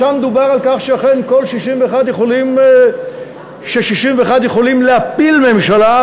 שם דובר על כך שאכן 61 יכולים להפיל ממשלה,